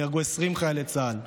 נהרגו 20 חיילי צה"ל,